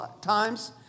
times